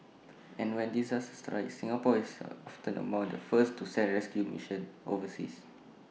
and when disaster strikes Singapore is often among the first to send rescue missions overseas